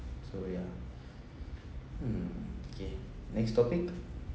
so ya mm okay next topic